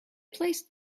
placed